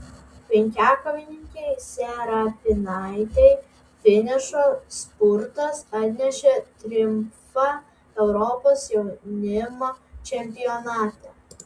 penkiakovininkei serapinaitei finišo spurtas atnešė triumfą europos jaunimo čempionate